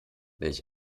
welch